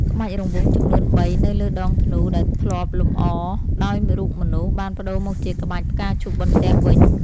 ក្បាច់រង្វង់ចំនួន ៣ នៅលើដងធ្នូ ដែលធ្លាប់លម្អដោយរូបមនុស្ស បានប្ដូរមកជាក្បាច់ផ្កាឈូកបន្ទះវិញ។